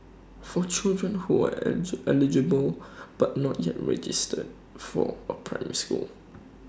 for children who are eligible but not yet registered for A primary school